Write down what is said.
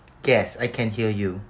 yes I can hear you